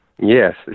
Yes